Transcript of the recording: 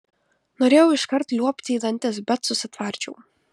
norėjau iškart liuobti į dantis bet susitvardžiau